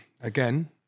again